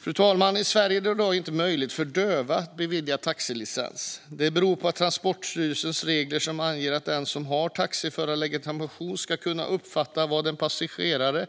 Fru talman! I Sverige är det i dag inte möjligt för döva att beviljas taxilicens. Det beror på att Transportstyrelsens regler anger att den som har taxiförarlegitimation ska kunna uppfatta vad en passagerare